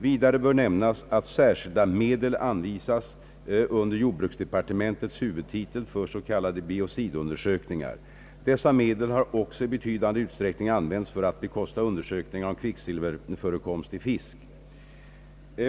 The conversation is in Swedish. Vidare bör nämnas att särskilda medel anvisas under jordbruksdepartementets huvudtitel för s.k. biocidundersökningar. Dessa medel har också i betydande utsträckning använts för att bekosta undersökningar om kvicksilverförekomst 1 fisk.